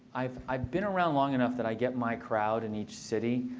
i've i've been around long enough that i get my crowd in each city.